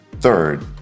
Third